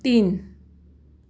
तीन